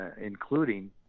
including